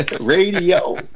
Radio